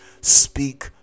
speak